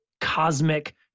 cosmic